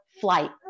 flight